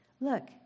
Look